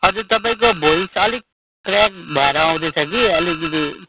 हजुर तपाईँको भोइस अलिक क्रयाक भएर आउँदैछ कि अलिकति